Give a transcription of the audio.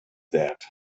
that